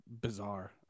bizarre